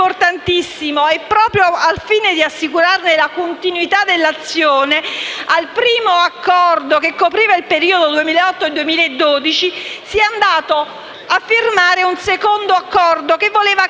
ed importantissimo. Proprio al fine di assicurare la continuità dell'azione di quel primo Accordo, che copriva il periodo 2008-2012, si è andati a firmare un secondo Accordo, l'emendamento